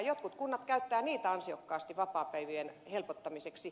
jotkut kunnat käyttävät niitä ansiokkaasti vapaapäivien helpottamiseksi